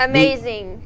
Amazing